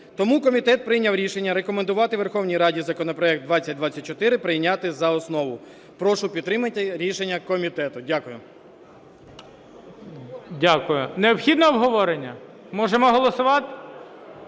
Тому комітет прийняв рішення рекомендувати Верховній Раді законопроект 2024 прийняти за основу. Прошу підтримати рішення комітету. Дякую. ГОЛОВУЮЧИЙ. Дякую. Необхідне обговорення? Можемо голосувати?